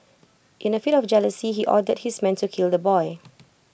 in A fit of jealousy he ordered his men to kill the boy